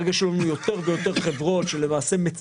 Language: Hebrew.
ברגע שיהיו לנו יותר ויותר חברות שמצייתות